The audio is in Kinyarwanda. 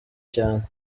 cyane